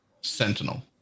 sentinel